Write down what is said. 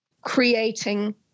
creating